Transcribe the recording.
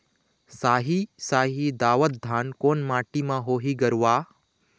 साही शाही दावत धान कोन माटी म होही गरवा?